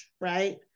Right